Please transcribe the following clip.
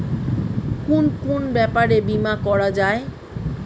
কুন কুন ব্যাপারে বীমা করা যায়?